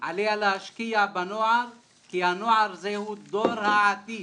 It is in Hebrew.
עליה להשקיע בנוער כי הנוער זהו דור העתיד.